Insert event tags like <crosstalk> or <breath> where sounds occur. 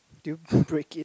did you <breath> break it